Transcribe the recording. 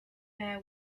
bear